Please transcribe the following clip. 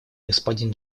господин